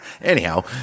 Anyhow